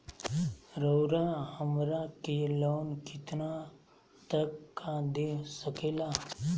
रउरा हमरा के लोन कितना तक का दे सकेला?